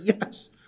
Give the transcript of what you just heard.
Yes